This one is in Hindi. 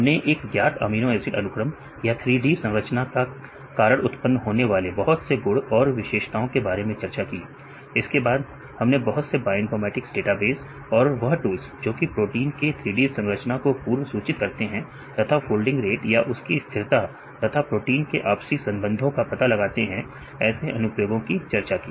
हमने एक ज्ञात अमीनो एसिड अनुक्रम या 3D संरचना के कारण उत्पन्न होने वाले बहुत से गुण और विशेषताओं के बारे में चर्चा की इसके बाद हमने बहुत से बायोइनफॉर्मेटिक्स डेटाबेस और वह टूल्स जोकि प्रोटीन के 3D संरचना को पूर्व सूचित करते हैं तथा फोल्डिंग रेट या उसकी स्थिरता तथा प्रोटीन के आपसी संबंधों का पता लगाते हैं ऐसे अनुप्रयोगों की चर्चा की